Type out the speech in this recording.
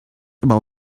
about